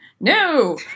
No